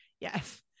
yes